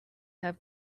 have